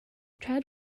chad